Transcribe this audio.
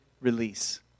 release